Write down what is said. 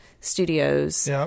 Studios